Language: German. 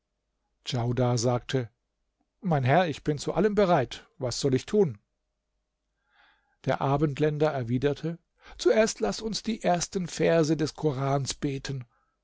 djaudar sagte mein herr ich bin zu allem bereit was soll dich tun der abendländer erwiderte zuerst laß uns die ersten verse des korans beten